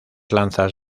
lanzas